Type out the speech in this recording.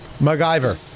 MacGyver